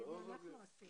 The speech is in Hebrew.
אני אגיד מה אנחנו רצינו.